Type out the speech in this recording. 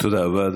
תודה רבה.